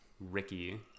ricky